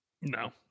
No